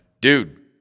Dude